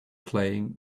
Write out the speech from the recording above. playing